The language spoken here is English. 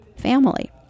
family